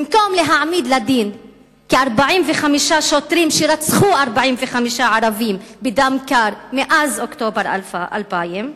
במקום להעמיד לדין כ-45 שוטרים שרצחו 45 ערבים בדם קר מאז אוקטובר 2000,